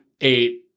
eight